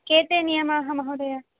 के ते नियमाः महोदय